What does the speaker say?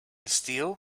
steel